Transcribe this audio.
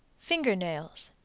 finger-nails.